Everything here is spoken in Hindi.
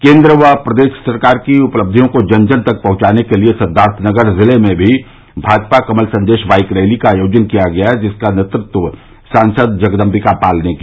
केन्द्र व प्रदेश सरकार की उपलब्धियों को जन जन तक पहुंचाने के लिए सिद्वार्थनगर जिले में भी भाजपा कमल संदेश बाईक रैली का आयोजन किया गया जिसका नेतृत्व सांसद जगदम्बिका पाल ने किया